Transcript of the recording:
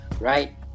right